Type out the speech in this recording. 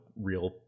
real